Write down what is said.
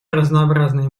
разнообразные